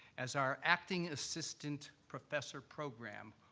as our acting assistant professor program,